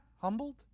humbled